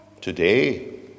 Today